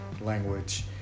language